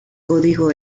código